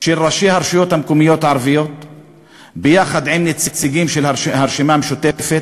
של ראשי הרשויות המקומיות הערביות יחד עם הנציגים של הרשימה המשותפת,